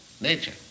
nature